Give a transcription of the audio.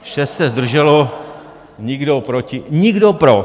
Šest se zdrželo, nikdo proti, nikdo pro.